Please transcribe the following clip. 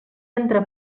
entre